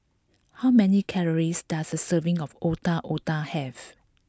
how many calories does a serving of Otak Otak have